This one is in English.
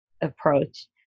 approach